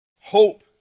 Hope